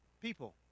People